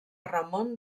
ramon